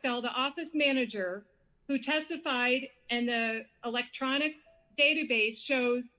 snow the office manager who testified and electronic database shows